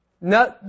No